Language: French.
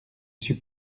suis